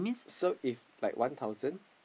so if like one thousand